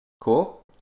Cool